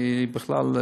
אני בכלל,